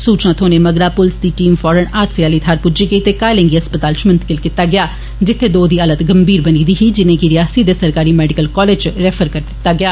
सूचना थ्होने मगरा पुलस दी टीम फौरन हादसे आली थहार पुज्जी गेई ते घायले गी अस्पताल च मुंतकिल कीता गेआ जित्थे दो दी हालत गंभी बनी दी ही जिनेंगी रियासी दे सरकारी मैडिकल कालेज च रैफर कीता गेआ